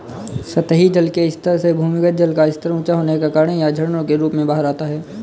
सतही जल के स्तर से भूमिगत जल का स्तर ऊँचा होने के कारण यह झरनों के रूप में बाहर आता है